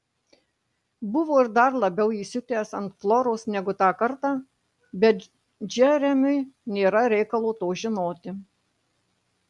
buvo ir dar labiau įsiutęs ant floros negu tą kartą bet džeremiui nėra reikalo to žinoti